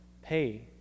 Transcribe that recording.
pay